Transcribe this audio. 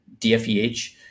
DFEH